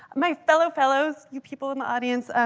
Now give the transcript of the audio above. my fellow fellows, you people in the audience,